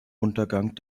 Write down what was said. untergang